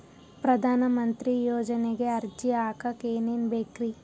ಪ್ರಧಾನಮಂತ್ರಿ ಯೋಜನೆಗೆ ಅರ್ಜಿ ಹಾಕಕ್ ಏನೇನ್ ಬೇಕ್ರಿ?